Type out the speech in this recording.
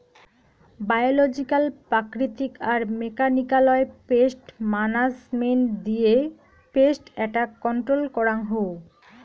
biological প্রাকৃতিক আর মেকানিক্যালয় পেস্ট মানাজমেন্ট দিয়ে পেস্ট এট্যাক কন্ট্রল করাঙ হউ